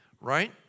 right